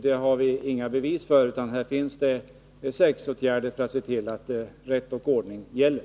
Vi har inga bevis för att det skulle vara så. Här finns det säkerhetsåtgärder för att se till att rätt och ordning gäller.